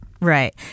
Right